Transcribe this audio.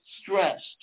stressed